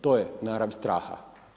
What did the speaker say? To je narav straha.